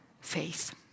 faith